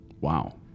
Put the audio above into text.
Wow